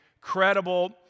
credible